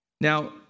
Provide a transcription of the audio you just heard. Now